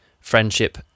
friendship